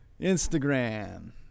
Instagram